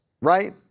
right